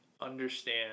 understand